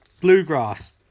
Bluegrass